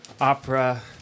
opera